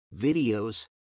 videos